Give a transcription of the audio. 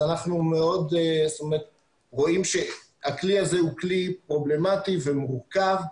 אנחנו רואים שהכלי הזה הוא כלי פרובלמטי ומורכב,